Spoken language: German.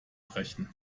brechen